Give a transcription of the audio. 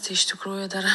tai iš tikrųjų dar